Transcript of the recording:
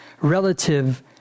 relative